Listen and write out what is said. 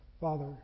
Father